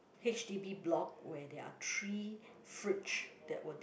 h_d_b block where there are three fridge that were